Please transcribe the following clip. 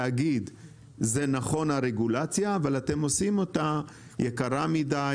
להגיד "זה נכון הרגולציה אבל אתם עושים אותה יקרה מידי,